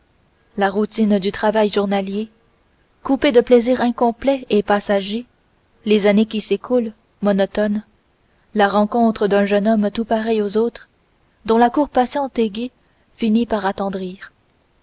la routine du travail journalier coupée de plaisirs incomplets et passagers les années qui s'écoulent monotones la rencontre d'un jeune homme tout pareil aux autres dont la cour patiente et gaie finit par attendrir